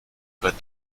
über